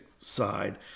side